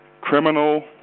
criminal